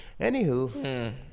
Anywho